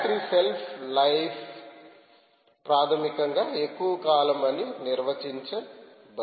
battery shelf life ప్రాథమికంగా ఎక్కువ కాలం అని నిర్వచించబడింది